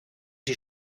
die